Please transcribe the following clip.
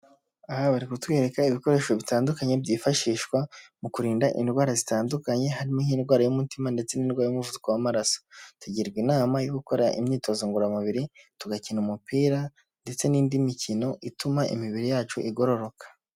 Aha bari kutwereka ibikoresho bitandukanye byifashishwa mu kurinda indwara zitandukanye, harimo n'indwara y'umutima ndetse n'indwaya y'umuvuko w'amaraso. Tugirwa inama yo gukora imyitozo ngororamubiri tugakina umupira ndetse n'indi mikino ituma imibiri yacu igororoka.